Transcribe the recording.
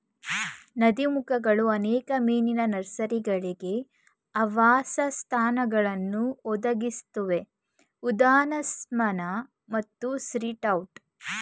ನದೀಮುಖಗಳು ಅನೇಕ ಮೀನಿನ ನರ್ಸರಿಗಳಿಗೆ ಆವಾಸಸ್ಥಾನಗಳನ್ನು ಒದಗಿಸುತ್ವೆ ಉದಾ ಸ್ಯಾಲ್ಮನ್ ಮತ್ತು ಸೀ ಟ್ರೌಟ್